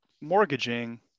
mortgaging